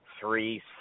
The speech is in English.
three